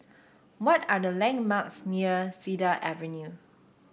what are the landmarks near Cedar Avenue